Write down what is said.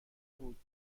بودا